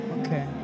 Okay